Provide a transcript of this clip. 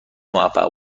موفق